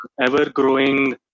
ever-growing